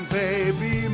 baby